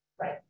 right